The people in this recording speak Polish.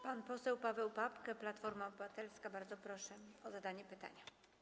Pana posła Pawła Papkego, Platforma Obywatelska, bardzo proszę o zadanie pytania.